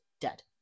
dead